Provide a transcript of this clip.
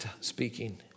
speaking